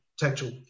potential